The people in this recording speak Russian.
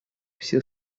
все